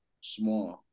small